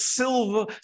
silver